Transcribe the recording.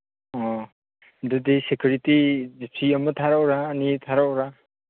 ꯑꯣ ꯑꯗꯨꯗꯤ ꯁꯦꯀꯨꯔꯤꯇꯤ ꯖꯤꯞꯁꯤ ꯑꯃ ꯊꯥꯔꯛꯎꯔ ꯑꯅꯤ ꯊꯥꯔꯛꯎꯔ